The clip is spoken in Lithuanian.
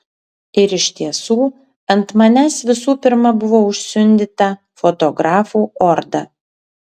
ir iš tiesų ant manęs visų pirma buvo užsiundyta fotografų orda